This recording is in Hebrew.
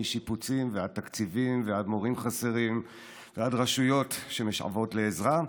משיפוצים ועד תקציבים ועד מורים חסרים ועד רשויות שמשוועות לעזרה.